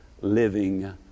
living